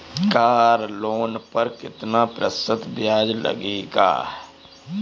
Car loan पर कितना प्रतिशत ब्याज लगेगा?